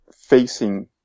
facing